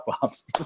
bombs